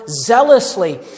zealously